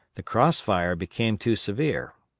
the cross fire became too severe.